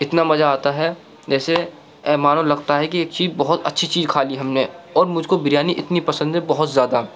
اتنا مزہ آتا ہے جیسے مانو لگتا ہے کہ ایک چیز بہت اچھی چیز کھا لی ہم نے اور مجھ کو بریانی اتنی پسند ہے بہت زیادہ